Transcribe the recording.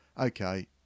Okay